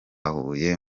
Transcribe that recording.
huye